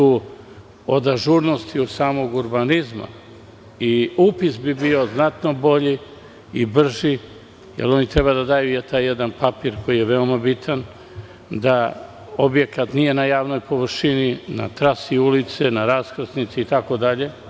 Od ažurnosti od samog urbanizma i upis bi bio znatno bolji i brži, jer oni treba da daju taj jedan papir koji je veoma bitan da objekat nije na javnoj površini, na trasi ulice, na raskrsnici itd.